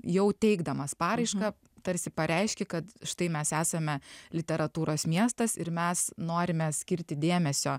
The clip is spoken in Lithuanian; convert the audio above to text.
jau teikdamas paraišką tarsi pareiški kad štai mes esame literatūros miestas ir mes norime skirti dėmesio